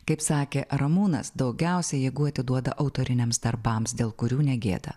kaip sakė ramūnas daugiausiai jėgų atiduoda autoriniams darbams dėl kurių negėda